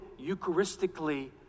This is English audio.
Eucharistically